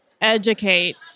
educate